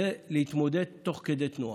להתמודד תוך כדי תנועה.